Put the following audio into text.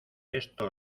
esto